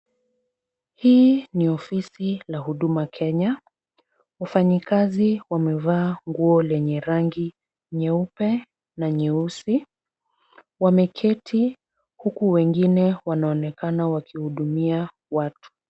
Hii ni ofisi la huduma Kenya. Wafanyikazi wamevaa nguo lenye rangi nyeupe na nyeusi. Wameketi huku wengine wanaonekana wakihudumia watu.